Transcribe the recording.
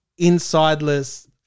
insideless